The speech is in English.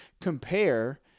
compare